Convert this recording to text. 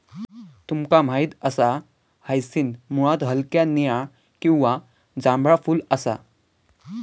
तुमका माहित असा हायसिंथ मुळात हलक्या निळा किंवा जांभळा फुल असा